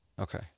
Okay